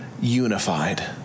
unified